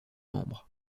membres